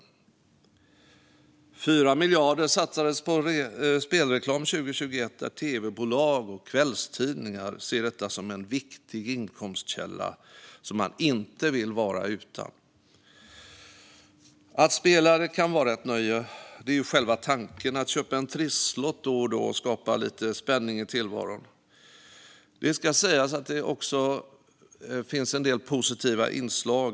Samma år satsades 4 miljarder på spelreklam, som tv-bolag och kvällstidningar ser som en viktig inkomstkälla som de inte vill vara utan. Att spela kan vara ett nöje. Det är själva tanken. Att köpa en trisslott då och då skapar lite spänning i tillvaron. Det ska sägas att det också finns en del positiva inslag.